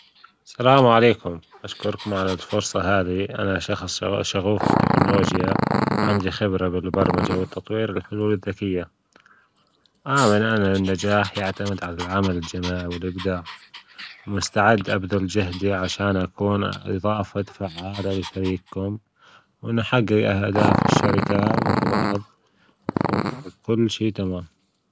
السلام عليكم أشكركم على الفرصة هذه أنا شخص شغوف بالتكنولوجيا عندي خبرة في البرمجة والتطوير للحلول الذكية أعلم ان النجاح يعتمد على العمل الجماعي والأبداع ومستعد أبذل جهدي عشان أكون إضافة فعالة لفريقكم ونحقق أهداف الشركة مع بعض وكل شىء تمام